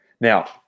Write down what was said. Now